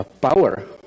power